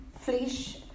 flesh